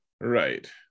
right